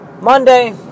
Monday